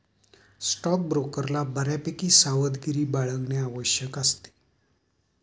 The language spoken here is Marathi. स्टॉकब्रोकरला बऱ्यापैकी सावधगिरी बाळगणे आवश्यक असते